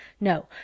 No